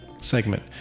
segment